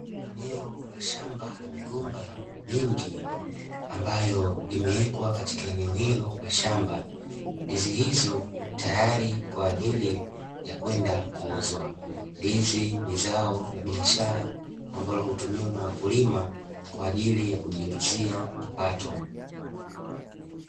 Eneo la shamba la migomba mingi, ambayo imewekwa katika eneo hilo la shamba ,ndizi hizo tayari kwaajili ya kwenda kuuzwa. Ndizi ni zao la biashara ambalo hutumiwa na wakulima kwaajili yakujiingizia kipato.